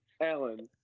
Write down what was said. Alan